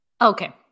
okay